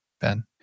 Ben